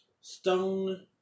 stone